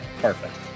perfect